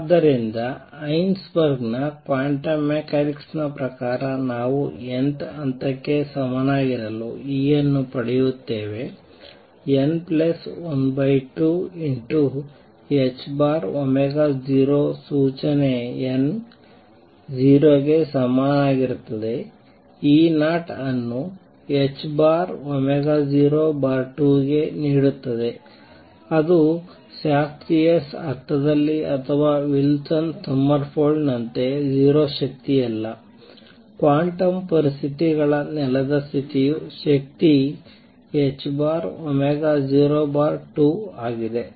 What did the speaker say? ಆದ್ದರಿಂದ ಹೈಸೆನ್ಬರ್ಗ್ ನ quantum mechanics ನ ಪ್ರಕಾರ ನಾವು n th ಹಂತಕ್ಕೆ ಸಮನಾಗಿರಲು E ಅನ್ನು ಪಡೆಯುತ್ತೇವೆ n12 0 ಸೂಚನೆ n 0 ಗೆ ಸಮನಾಗಿರುತ್ತದೆ E0 ಅನ್ನು 02 ಗೆ ನೀಡುತ್ತದೆ ಅದು ಶಾಸ್ತ್ರೀಯ ಅರ್ಥದಲ್ಲಿ ಅಥವಾ ವಿಲ್ಸನ್ಸ್ ಸೊಮರ್ಫೆಲ್ಡ್ ನಂತೆ 0 ಶಕ್ತಿಯಲ್ಲ ಕ್ವಾಂಟಮ್ ಪರಿಸ್ಥಿತಿಗಳ ನೆಲದ ಸ್ಥಿತಿಯ ಶಕ್ತಿ 02 ಆಗಿದೆ